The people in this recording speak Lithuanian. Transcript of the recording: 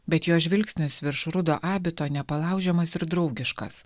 bet jo žvilgsnis virš rudo abito nepalaužiamas ir draugiškas